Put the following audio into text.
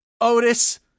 Otis